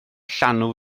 llanw